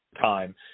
time